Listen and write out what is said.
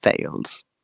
fails